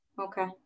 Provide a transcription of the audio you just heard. okay